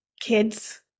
kids